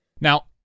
Now